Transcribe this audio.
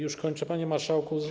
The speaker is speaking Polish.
Już kończę, panie marszałku.